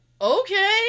okay